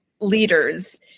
leaders